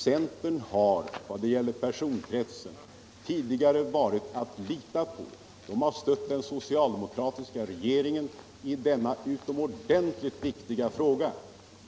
Centern har vad gäller personkretsen tidigare varit att lita på. Den har stött den socialdemokratiska regeringen i denna utomordentiligt viktiga fråga.